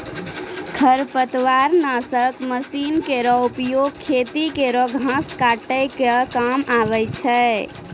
खरपतवार नासक मसीन केरो उपयोग खेतो केरो घास काटै क काम आवै छै